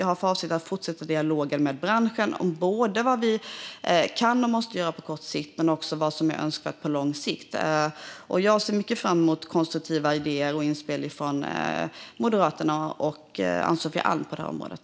Jag har för avsikt att fortsätta dialogen med branschen om vad vi kan och måste göra på kort sikt men också om vad som är önskvärt på lång sikt. Jag ser också mycket fram emot konstruktiva idéer och inspel från Moderaterna och Ann-Sofie Alm på det området.